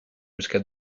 jusqu’à